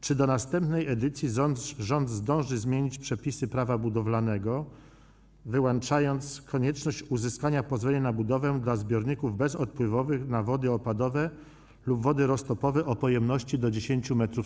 Czy do następnej edycji rząd zdąży zmienić przepisy Prawa budowlanego, wyłączając konieczność uzyskania pozwolenia na budowę dla zbiorników bezodpływowych na wody opadowe lub wody roztopowe o pojemności do 10 m3.